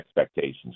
expectations